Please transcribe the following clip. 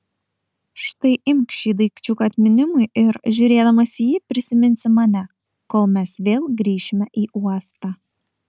štai imk šį daikčiuką atminimui ir žiūrėdamas į jį prisiminsi mane kol mes vėl grįšime į uostą